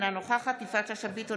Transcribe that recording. אינה נוכחת יפעת שאשא ביטון,